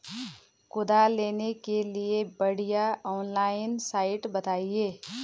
कुदाल लेने के लिए बढ़िया ऑनलाइन साइट बतायें?